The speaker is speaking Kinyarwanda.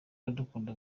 iradukunda